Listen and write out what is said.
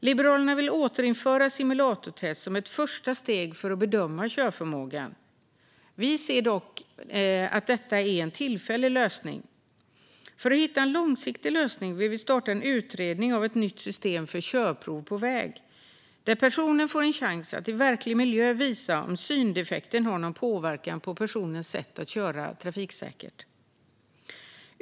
Liberalerna vill återinföra simulatortest som ett första steg för att bedöma körförmåga. Vi ser dock detta som en tillfällig lösning. För att hitta en långsiktig lösning vill vi starta en utredning om ett nytt system för körprov på väg, där personen får en chans att i verklig miljö visa om syndefekten har någon påverkan på förmågan att köra trafiksäkert.